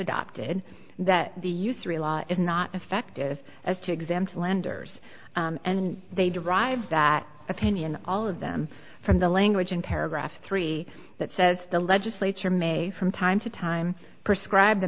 adopted that the usury law is not effective as to exempt lenders and they derive that opinion all of them from the language in paragraph three that says the legislature may from time to time prescribe the